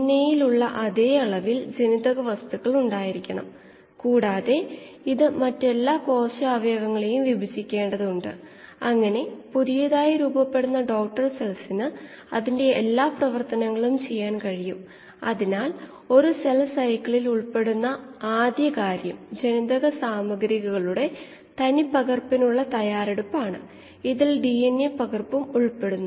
F o എന്നത് outlet volumetric feed നിരക്ക് 'S' ഇവിടെ സബ്സ്ട്രേറ്റ് ഗാഢത X ഇവിടെ കോശ ഗാഢത അതായത് ബ്രോത്ത് വോളിയം എന്നിവയാണ് ഇതിനെ V എന്ന് എടുക്കാം